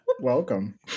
Welcome